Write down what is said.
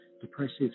depressive